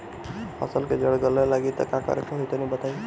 फसल के जड़ गले लागि त का करेके होई तनि बताई?